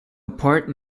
apart